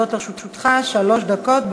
עומדות לרשותך שלוש דקות.